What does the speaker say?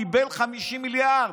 קיבל 53 מיליארד.